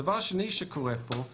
הדבר השני שקורה פה זה